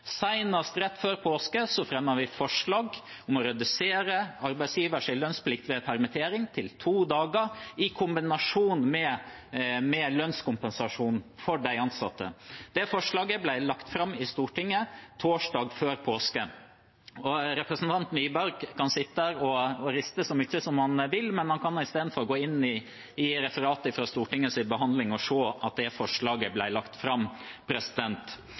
rett før påske fremmet vi forslag om å redusere arbeidsgivers lønnsplikt ved permittering til to dager, i kombinasjon med lønnskompensasjon for de ansatte. Det forslaget ble lagt fram i Stortinget torsdag før påsken. Representanten Wiborg kan sitte her og riste på hodet så mye han vil, men han kan i stedet gå inn i referatet fra Stortingets behandling og se at det forslaget ble lagt fram.